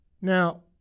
Now